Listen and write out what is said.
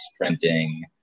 printing